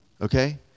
okay